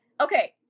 okay